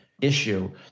issue